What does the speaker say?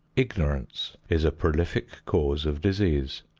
ignorance is a prolific cause of disease.